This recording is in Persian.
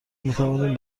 میتوانیم